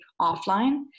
offline